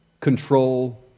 control